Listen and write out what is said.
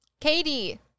Katie